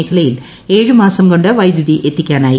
മേഖലയിൽ ഏഴു മാസം കൊണ്ട് വൈദ്യുത എത്തിക്കാനായി